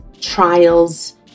trials